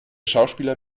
schauspieler